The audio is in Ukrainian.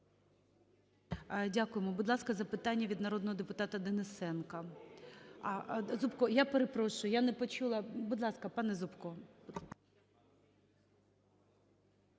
Дякуємо. Будь ласка, запитання від народного депутата Денисенка. Зубко, я перепрошую, я не почула. Будь ласка, пане Зубко.